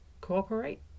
Cooperate